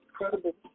incredible